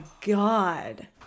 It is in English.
God